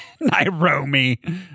Nairobi